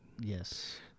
Yes